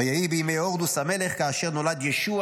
ויהי בימי הורדוס המלך, כאשר נולד ישוע